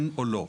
כן או לא?